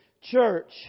church